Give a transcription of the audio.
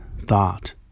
thought